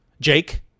Jake